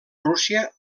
rússia